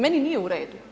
Meni nije u redu.